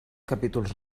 capítols